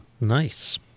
Nice